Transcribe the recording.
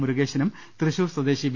മുരുകേശിനും തൃശൂർ സ്വദേശി വി